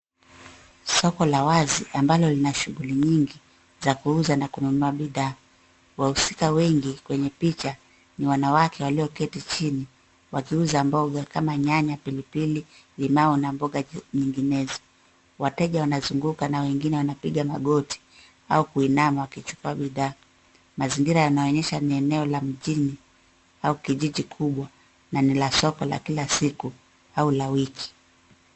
Soko la wazi ambalo lina shughuli nyingi za kuuza na kununua bidhaa. Wahusika wengi kwenye picha ni wanawake walioketi chini, wakiuza mboga kama nyanya, pili pili, limau, na mboga nyinginezo. Wateja wanazunguka na wengine wanapiga magoti, au kuinama wakichukua bidhaa. Mazingira yanaonyesha ni eneo la mjini au kijiji kubwa, na ni la soko la kila siku au la wiki.